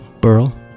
Burl